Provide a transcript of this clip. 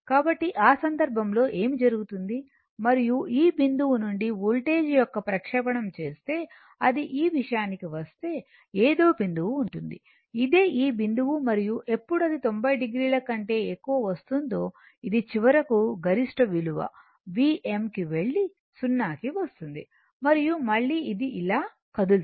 కాబట్టి ఆ సందర్భంలో ఏమి జరుగుతుంది మరియు ఈ బిందువు నుండి వోల్టేజ్ యొక్క ప్రక్షేపణం చేస్తే అది ఈ విషయానికి వస్తే ఏదో బిందువు ఉంటుంది ఇదే ఈ బిందువు మరియు ఎప్పుడు అది 90 o కంటే ఎక్కువ వస్తుందో ఇది చివరకు గరిష్ట విలువ Vm కి వెళ్లి 0 కి వస్తుంది మరియు మళ్ళీ ఇది ఇలా కదులుతుంది